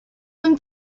them